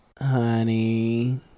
Honey